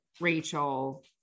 Rachel